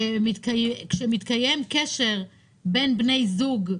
כשמתקיים קשר בין בני זוג,